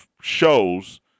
shows